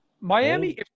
Miami